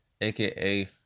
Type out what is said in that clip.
aka